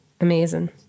amazing